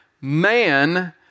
man